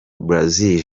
brazil